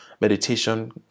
meditation